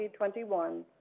2021